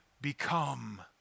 become